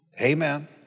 Amen